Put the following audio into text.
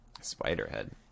Spiderhead